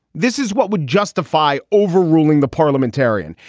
this is what would justify overruling the parliamentarian.